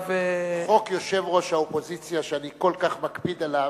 חוק ראש האופוזיציה, שאני כל כך מקפיד עליו,